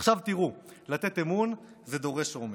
עכשיו תראו, לתת אמון זה דורש אומץ,